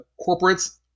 corporates